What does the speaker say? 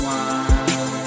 one